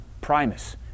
Primus